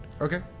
Okay